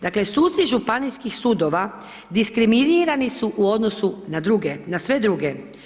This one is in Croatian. Dakle, suci županijskih sudova diskriminirani su u odnosu na druge, na sve druge.